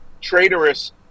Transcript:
traitorous